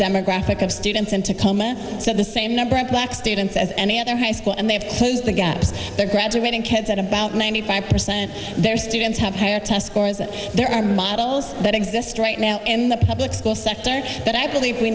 demographic of students and to comment said the same number of black students as any other high school and they have close the gaps they're graduating kids at about ninety five percent their students have higher test scores that there are models that exist right now in the public school sector that i believe we